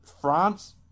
France